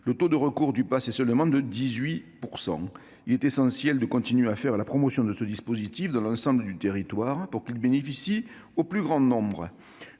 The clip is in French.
Le taux de recours au Pass est seulement de 18 %. Il est essentiel de continuer à faire la promotion de ce dispositif sur l'ensemble du territoire, pour qu'il bénéficie au plus grand nombre.